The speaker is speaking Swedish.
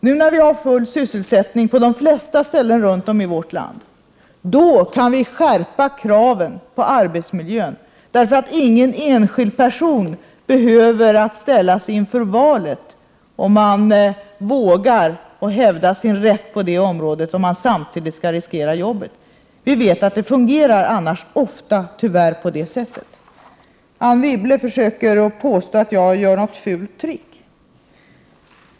Nu när vi har full sysselsättning på de flesta håll i vårt land kan vi skärpa kraven på arbetsmiljön, eftersom ingen enskild person behöver tveka att hävda sin rätt på det området i rädsla för att riskera jobbet. Vi vet att det ofta annars tyvärr fungerar på det sättet. Anne Wibble försökte påstå att jag gör ett fult trick.